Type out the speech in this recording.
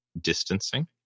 distancing